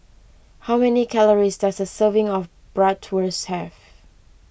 how many calories does a serving of Bratwurst have